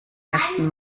ersten